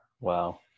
Wow